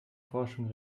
forschung